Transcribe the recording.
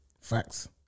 facts